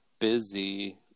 busy